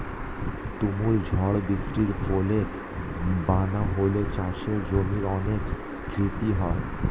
তুমুল ঝড় বৃষ্টির ফলে বন্যা হলে চাষের জমির অনেক ক্ষতি হয়